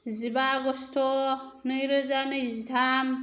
जिबा आगष्ट नैरोजा नैजिथाम